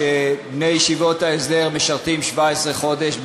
את זה שבני ישיבות ההסדר משרתים 17 חודש,